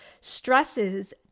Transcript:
stresses